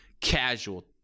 casual